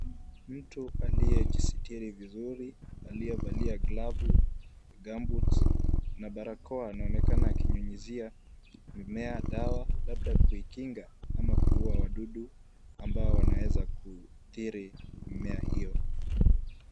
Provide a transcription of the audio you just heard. Mtu aliyejisitiri vizuri, aliyevalia glavu, gumboots na barakoa anaonekana akinyunyuzia mimea dawa labda kuikinga ama kuua wadudu ambao wanawezakuathiri mimea hiyo.